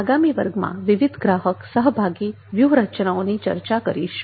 આગામી વર્ગમાં વિવિધ ગ્રાહક સહભાગી વ્યૂહરચનાઓ ની ચર્ચા કરીશુ